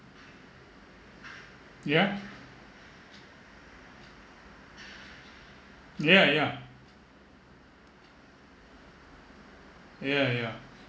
yeah yeah ya yeah ya